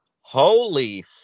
holy